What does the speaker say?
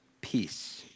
peace